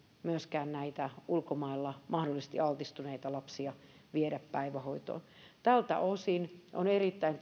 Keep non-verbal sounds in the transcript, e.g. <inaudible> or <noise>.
myöskään näitä ulkomailla mahdollisesti altistuneita lapsia viedä päivähoitoon tältä osin on erittäin <unintelligible>